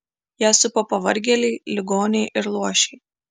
ją supa pavargėliai ligoniai ir luošiai